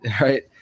right